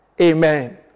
Amen